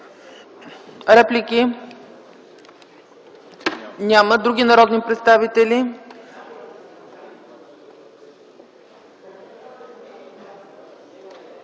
Реплики? Няма. Други народни представители